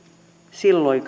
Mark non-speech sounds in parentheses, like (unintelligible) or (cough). silloin (unintelligible)